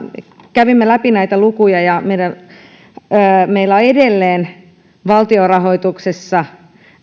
kävimme läpi näitä lukuja ja meillä on edelleen valtion rahoituksessa